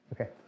Okay